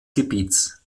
gebietes